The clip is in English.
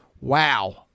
wow